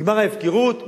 נגמרה ההפקרות,